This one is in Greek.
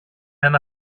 ένα